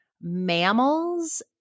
mammals